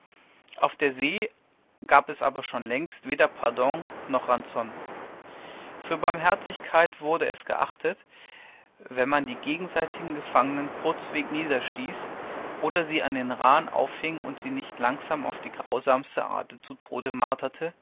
auf der see gab es aber schon längst weder pardon noch ranzion für barmherzigkeit wurde es geachtet wenn man die gegenseitigen gefangenen kurzweg niederstieß oder sie an den rahen aufhing und sie nicht langsam auf die grausamste art zu tode marterte